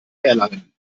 erlangen